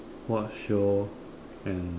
watch show and